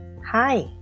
Hi